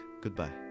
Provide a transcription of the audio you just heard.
Goodbye